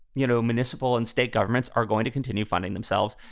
you know, municipal and state governments are going to continue funding themselves.